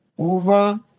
Over